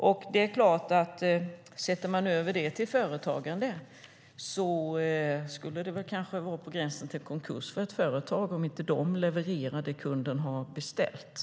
Om man överför detta till företagande skulle ett företag som inte levererar det som kunden har beställt kanske vara på gränsen till konkurs.